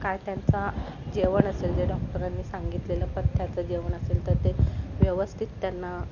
काय त्यांचा जेवण असेल जे डॉक्टरांनी सांगितलेलं पथ्याचं जेवण असेल तर ते व्यवस्थित त्यांना